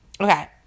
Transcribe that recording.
okay